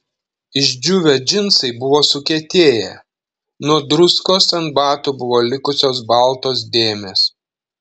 išdžiūvę džinsai buvo sukietėję nuo druskos ant batų buvo likusios baltos dėmės